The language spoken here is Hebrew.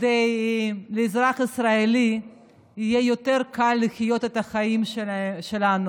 כדי שלאזרח הישראלי יהיה יותר קל לחיות את החיים שלו,